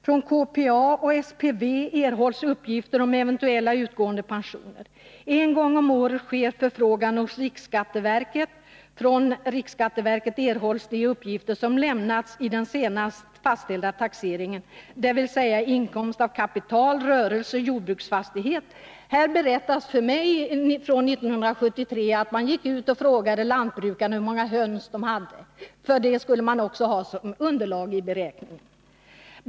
Från KPA och SPV erhålls uppgifter om eventuella utgående pensioner. En gång om året sker förfrågan hos Riksskatteverket . Från RSV erhålls de uppgifter som lämnats i den senast fastställda taxeringen, dvs. inkomst av kapital, rörelse, jordbruksfastighet etc.” Det har berättats för mig att man 1973 frågade lantbrukarna hur många höns de hade, för det skulle man också ha som underlag vid beräkningen.